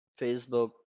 Facebook